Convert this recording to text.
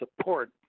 support